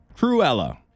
Cruella